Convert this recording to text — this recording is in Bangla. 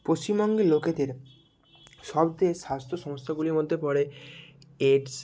পশ্চিমবঙ্গের লোকেদের সবচেয়ে স্বাস্থ্য সংস্থাগুলির মধ্যে পড়ে এইডস